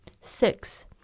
Six